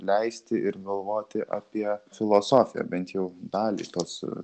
leisti ir galvoti apie filosofiją bent jau dalį tos